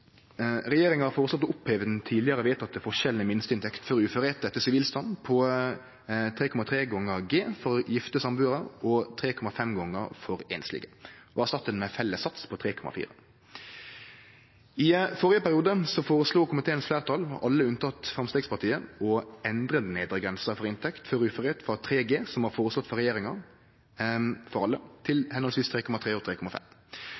Regjeringa har føreslått å oppheve den tidlegere vedtekne forskjellen i minsteinntekt før uførleik etter sivilstand på 3,3 gonger grunnbeløp for gifte/sambuarar og 3,5 gonger grunnbeløpet for einslege, og erstatte den med ein felles sats på 3,4. I førre perioden føreslo komiteens fleirtal, alle unntatt Framstegspartiet, å endre den nedre grensa for inntekt før uførleik frå 3 G, som ein føreslo frå regjeringa si side for alle, til 3,3 G for gifte/sambuande og 3,5